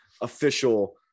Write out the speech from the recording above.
official